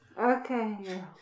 Okay